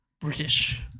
British